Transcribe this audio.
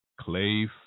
Clay